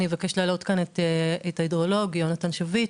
אני אבקש להעלות כאן את ההידרולוג יהונתן שביט,